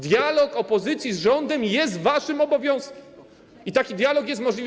Dialog opozycji z rządem jest waszym obowiązkiem i taki dialog jest możliwy.